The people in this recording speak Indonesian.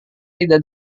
tidak